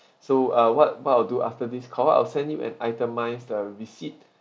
so uh what what I'll do after this call I'll send you an itemised uh receipt